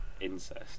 incest